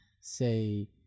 say